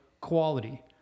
quality